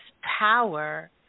power